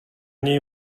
něj